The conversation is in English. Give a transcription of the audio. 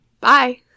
Bye